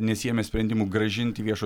nesiėmė sprendimų grąžinti viešo